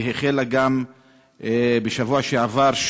שהחלה בשבוע שעבר,